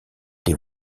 des